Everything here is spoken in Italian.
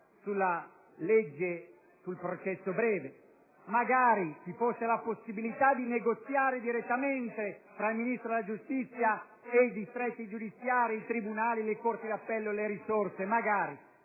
la legge sul processo breve. Magari ci fosse la possibilità di negoziare direttamente le risorse fra il Ministro della giustizia e i distretti giudiziari, i tribunali, le corti d'appello! Purtroppo, questo